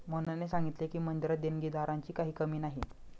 मोहनने सांगितले की, मंदिरात देणगीदारांची काही कमी नाही